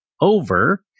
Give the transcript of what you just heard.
over